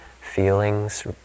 feelings